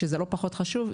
שזה לא פחות חשוב,